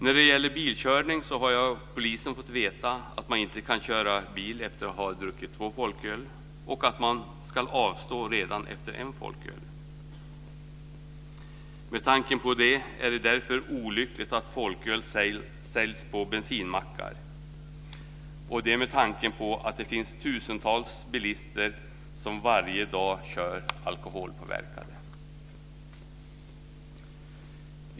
När det gäller bilkörning har jag av polisen fått veta att man inte ska köra bil efter att ha druckit två folköl och att man ska avstå redan efter en folköl. Med tanke på det är det därför olyckligt att folköl säljs på bensinmackar. Det finns tusentals bilister som varje dag kör alkoholpåverkade.